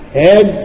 head